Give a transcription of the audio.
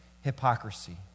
hypocrisy